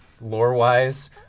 lore-wise